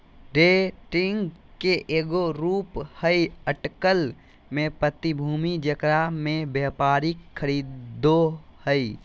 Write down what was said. day trading के एगो रूप हइ अटकल में प्रतिभूति जेकरा में व्यापारी खरीदो हइ